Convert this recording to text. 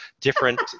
different